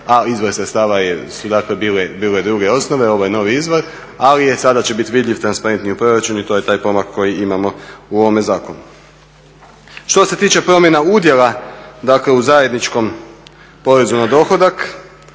a izvori sredstava su dakle bili druge osnove, ovo je novi izvor, ali sada će biti vidljiv, transparentniji u proračunu. I to je taj pomak koji imamo u ovome zakonu. Što se tiče promjena udjela u zajedničkom porezu na dohodak